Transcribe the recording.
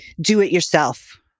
do-it-yourself